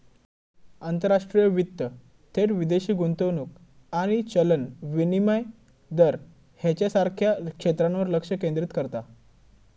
आंतरराष्ट्रीय वित्त थेट विदेशी गुंतवणूक आणि चलन विनिमय दर ह्येच्यासारख्या क्षेत्रांवर लक्ष केंद्रित करता